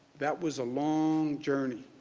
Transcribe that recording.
that was a long journey.